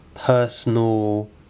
personal